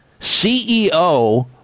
CEO